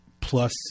plus